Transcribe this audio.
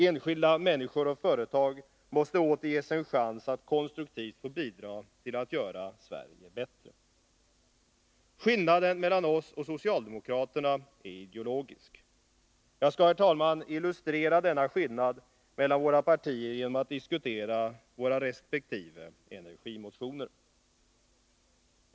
Enskilda människor och företag måste åter ges en chans att konstruktivt få bidra till att göra Sverige bättre. Skillnaden mellan oss och socialdemokraterna är ideologisk. Jag skall, herr talman, illustrera denna skillnad mellan våra partier genom att diskutera våra resp. energimotioner.